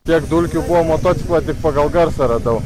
kiek dulkių buvo matoc pagal garsą radau